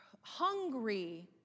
hungry